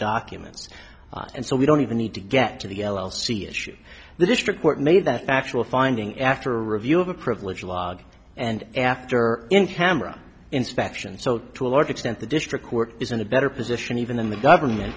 documents and so we don't even need to get to the l l c issue the district court made that factual finding after a review of a privilege log and after in camera inspection so to a large extent the district court is in a better position even than the government